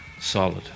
Solid